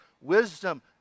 wisdom